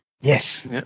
yes